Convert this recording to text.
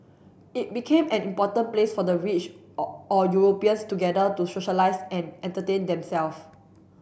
it became an important place for the rich or or Europeans to gather to socialise and entertain them self